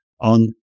on